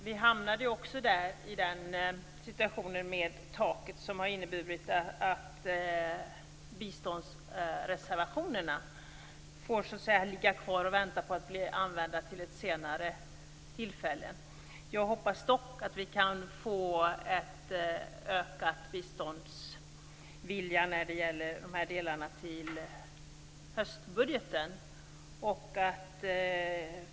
Vi hade också ett tak, vilket har inneburit att biståndsreservationerna får så att säga ligga kvar och vänta på att bli använda vid ett senare tillfälle. Jag hoppas dock att vi kan få en ökad biståndsvilja när det gäller dessa delar till höstbudgeten.